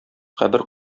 кабер